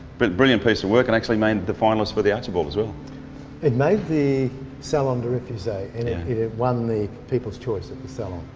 but brilliant piece of work and actually made the finals for the archibald as it made the salon de refuses. i mean it won the people's choice at the so